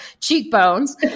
cheekbones